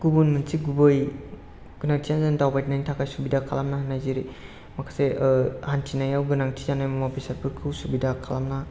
गुबुन मोनसे गुबै गोनांथियानो जादों दावबायनायनि थाखाय सुबिदा खालामनानै होनाय जेरै माखासे हान्थिनायाव गोनांथि जानाय मुवा बेसादफोरखौ सुबिदा खालामना